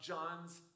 John's